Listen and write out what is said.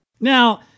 Now